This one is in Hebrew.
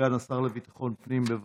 לסגן השר לביטחון הפנים, בבקשה.